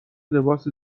لباس